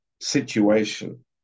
situation